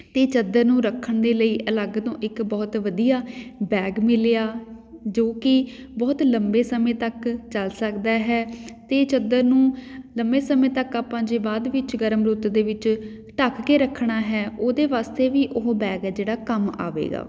ਅਤੇ ਚਾਦਰ ਨੂੰ ਰੱਖਣ ਦੇ ਲਈ ਅਲੱਗ ਤੋਂ ਇੱਕ ਬਹੁਤ ਵਧੀਆ ਬੈਗ ਮਿਲਿਆ ਜੋ ਕਿ ਬਹੁਤ ਲੰਬੇ ਸਮੇਂ ਤੱਕ ਚੱਲ ਸਕਦਾ ਹੈ ਅਤੇ ਚਾਦਰ ਨੂੰ ਲੰਮੇ ਸਮੇਂ ਤੱਕ ਆਪਾਂ ਜੇ ਬਾਅਦ ਵਿੱਚ ਗਰਮ ਰੁੱਤ ਦੇ ਵਿੱਚ ਢੱਕ ਕੇ ਰੱਖਣਾ ਹੈ ਉਹਦੇ ਵਾਸਤੇ ਵੀ ਉਹ ਬੈਗ ਹੈ ਜਿਹੜਾ ਕੰਮ ਆਵੇਗਾ